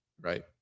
Right